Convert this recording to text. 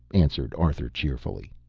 answered arthur cheerfully,